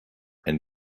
and